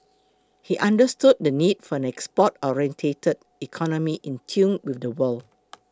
he understood the need for an export oriented economy in tune with the world